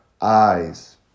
eyes